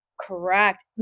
Correct